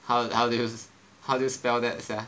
how how how do you spell that sia